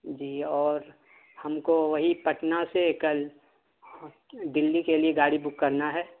جی اور ہم کو وہی پٹنہ سے کل دلی کے لیے گاڑی بک کرنا ہے